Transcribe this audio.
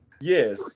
Yes